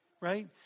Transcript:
right